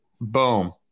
Boom